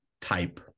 type